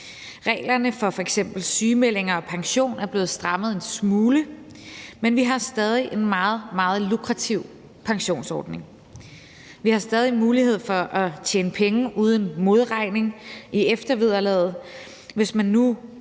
Reglerne for f.eks. sygemeldinger og pension er blevet strammet en smule, men vi har stadig en meget, meget lukrativ pensionsordning. Vi har stadig mulighed for at tjene penge uden modregning i eftervederlaget, og hvis man nu